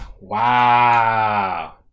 Wow